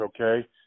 okay